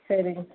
சரிங்க